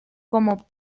como